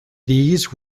these